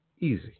easy